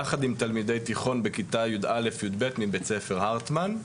יחד עם תלמידי תיכון בכיתה יא'-יב' בבית ספר הרטמן.